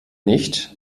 nicht